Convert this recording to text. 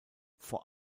vor